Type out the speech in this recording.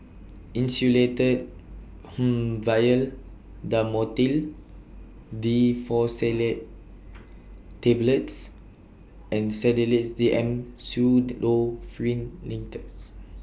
Insulatard Vial Dhamotil Diphenoxylate Tablets and Sedilix D M Pseudoephrine Linctus